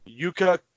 Yuka